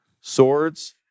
Swords